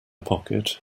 pocket